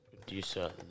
producer